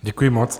Děkuji moc.